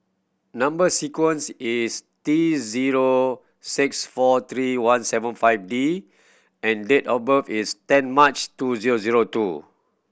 number sequence is T zero six four three one seven five D and date of birth is ten March two zero zero two